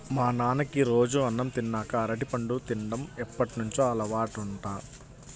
మా నాన్నకి రోజూ అన్నం తిన్నాక అరటిపండు తిన్డం ఎప్పటినుంచో అలవాటంట